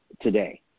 today